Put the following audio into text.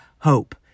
Hope